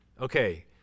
Okay